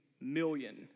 million